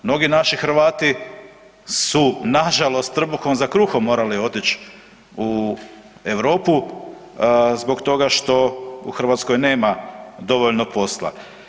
Mnogi naši Hrvati su, nažalost trbuhom za kruhom, morali otići u Europu, zbog toga što u Hrvatskoj nema dovoljno posla.